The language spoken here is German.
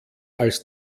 als